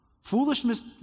foolishness